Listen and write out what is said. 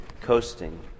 coasting